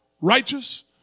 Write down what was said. righteous